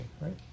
right